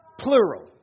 plural